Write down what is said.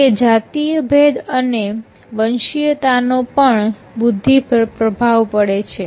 જો કે જાતિયભેદ અને વંશીયતાનો પણ બુદ્ધિ પર પ્રભાવ પડે છે